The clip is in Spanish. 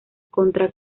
contra